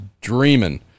dreaming